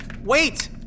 Wait